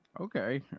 okay